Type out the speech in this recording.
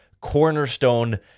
cornerstone